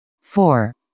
four